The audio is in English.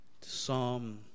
Psalm